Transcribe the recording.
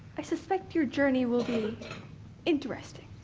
i suspect your journey will be interesting.